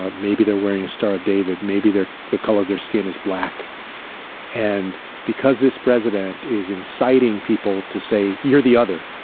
ah maybe they're wearing a star of david, maybe they're the color of their skin is black and because this president is inciting people to say you're the other,